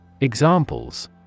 Examples